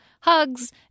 Hugs